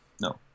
No